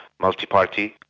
multi-party,